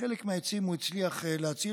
חלק מהעצים הוא הצליח להציל,